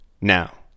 Now